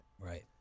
Right